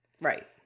Right